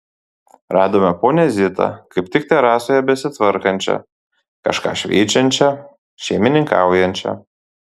radome ponią zitą kaip tik terasoje besitvarkančią kažką šveičiančią šeimininkaujančią